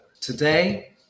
Today